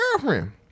girlfriend